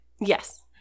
Yes